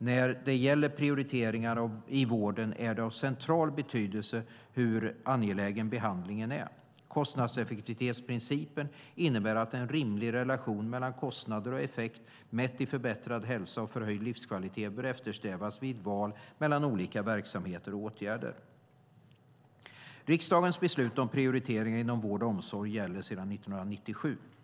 När det gäller prioriteringar i vården är det av central betydelse hur angelägen behandlingen är. Kostnadseffektivitetsprincipen innebär att en rimlig relation mellan kostnader och effekt, mätt i förbättrad hälsa och förhöjd livskvalitet, bör eftersträvas vid val mellan olika verksamheter och åtgärder. Riksdagens beslut om prioriteringar inom vård och omsorg gäller sedan 1997.